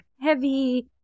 heavy